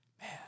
Man